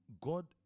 god